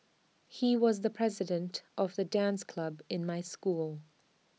he was the president of the dance club in my school